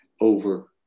over